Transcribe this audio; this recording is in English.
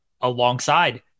alongside